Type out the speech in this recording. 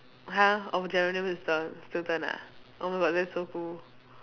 !huh! oh Geronimo Stilton Stilton ah oh my god that's so cool